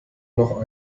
noch